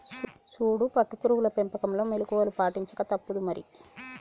సూడు పట్టు పురుగుల పెంపకంలో మెళుకువలు పాటించక తప్పుదు మరి